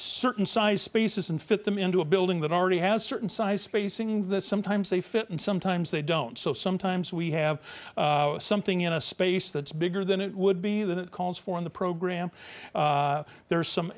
certain size spaces and fit them into a building that already has certain size spacing that sometimes they fit and sometimes they don't so sometimes we have something in a space that's bigger than it would be that it calls for in the program there are some